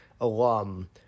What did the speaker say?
alum